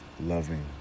loving